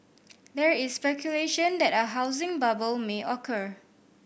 there is speculation that a housing bubble may occur